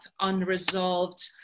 unresolved